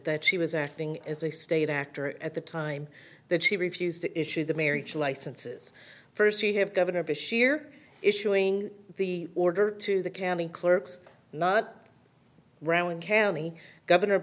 that she was acting as a state actor at the time that she refused to issue the marriage licenses first you have governor bashir issuing the order to the county clerk's not rowan county governor